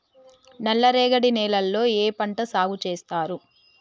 నల్లరేగడి నేలల్లో ఏ పంట సాగు చేస్తారు?